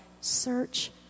Search